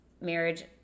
marriage